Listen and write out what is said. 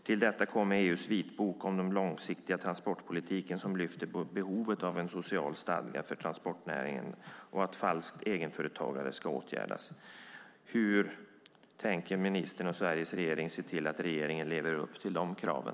Till detta kommer att EU:s vitbok om den långsiktiga transportpolitiken som lyfter fram behovet av en social stadga för transportnäringen och att falskt egenföretagande ska åtgärdas. Hur tänker ministern och Sveriges regering se till att regeringen lever upp till de kraven?